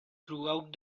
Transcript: throughout